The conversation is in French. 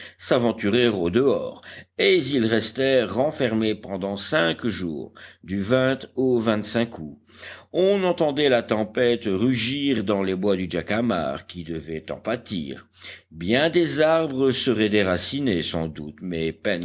s'aventurer au dehors et ils restèrent renfermés pendant cinq jours du au août on entendait la tempête rugir dans les bois du jacamar qui devaient en pâtir bien des arbres seraient déracinés sans doute mais